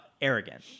arrogant